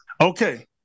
Okay